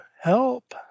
Help